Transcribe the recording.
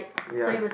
ya